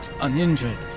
uninjured